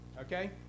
Okay